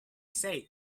said